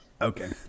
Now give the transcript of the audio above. Okay